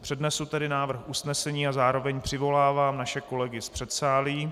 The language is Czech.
Přednesu tedy návrh usnesení a zároveň přivolávám naše kolegy z předsálí.